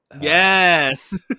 yes